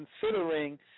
considering